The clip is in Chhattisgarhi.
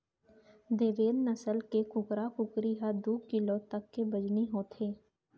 देवेन्द नसल के कुकरा कुकरी ह दू किलो तक के बजनी होथे